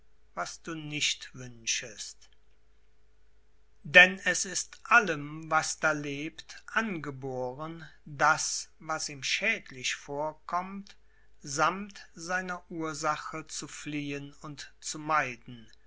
was du nicht wünschest denn es ist allem was da lebt angeboren das was ihm schädlich vorkommt sammt seiner ursache zu fliehen und zu meiden